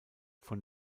von